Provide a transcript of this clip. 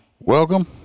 Welcome